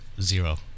zero